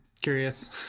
curious